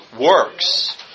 works